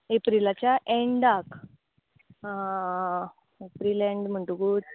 एप्रिलाच्या एंडाक April end म्हणटकच